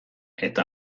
eta